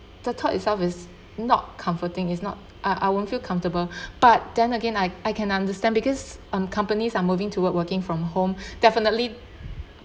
the thought itself is not comforting is not I I won't feel comfortable but then again I I can understand because um companies are moving toward working from home definitely